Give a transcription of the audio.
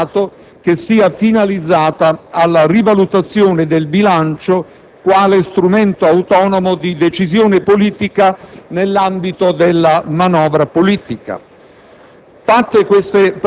del bilancio dello Stato finalizzata ad una rivalutazione dello stesso quale strumento autonomo di decisione politica nell'ambito della manovra politica